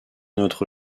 notre